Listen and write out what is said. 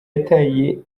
yataye